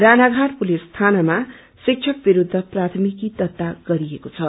Ranaghat police थानामा शिक्षक विरूद्ध प्राथमिकी दर्ता गरिएको छ